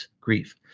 grief